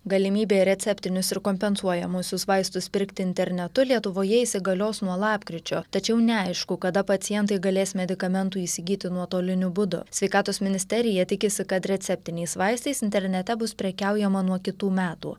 galimybė receptinius ir kompensuojamuosius vaistus pirkti internetu lietuvoje įsigalios nuo lapkričio tačiau neaišku kada pacientai galės medikamentų įsigyti nuotoliniu būdu sveikatos ministerija tikisi kad receptiniais vaistais internete bus prekiaujama nuo kitų metų